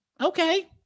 Okay